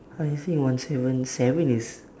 I think one seven seven is